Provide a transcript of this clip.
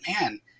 man